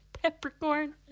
Peppercorn